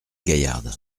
gaillarde